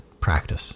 practice